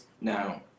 Now